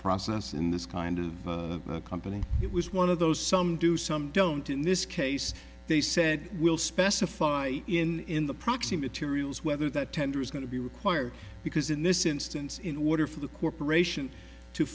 process in this kind of company it was one of those some do some don't in this case they said we'll specify in the proxy materials whether that tender is going to be required because in this instance in order for the corporation to